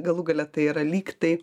galų gale tai yra lygtai